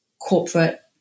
corporate